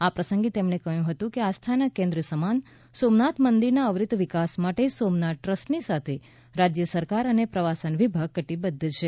આ પ્રસંગે તેમણે કહ્યું કે આસ્થાના કેન્દ્ર સમાન સોમનાથ મંદિરના અવિરત વિકાસ માટે સોમનાથ ટ્રસ્ટની સાથે રાજ્ય સરકાર અને પ્રવાસન વિભાગ કટિબધ્ધ છે